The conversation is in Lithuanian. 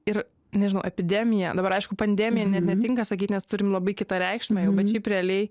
ir nežinau epidemija dabar aišku pandemija net netinka sakyt nes turim labai kitą reikšmę jau bet šiaip realiai